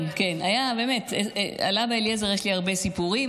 על אבא אליעזר יש לי הרבה סיפורים,